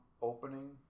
opening